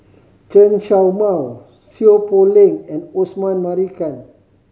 Chen Show Mao Seow Poh Leng and Osman Merican